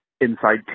inside